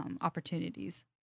opportunities